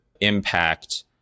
impact